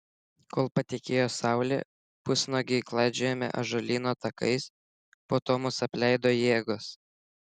kol patekėjo saulė pusnuogiai klaidžiojome ąžuolyno takais po to mus apleido jėgos